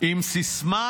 עם הסיסמה,